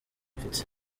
mfite